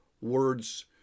Words